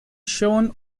shown